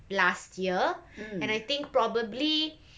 last year and I think probably